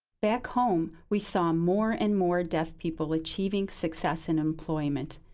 back home, we saw more and more deaf people achieving success in employment,